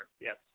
yes